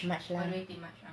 march lah